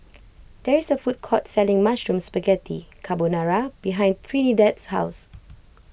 there is a food court selling Mushroom Spaghetti Carbonara behind Trinidad's house